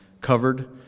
covered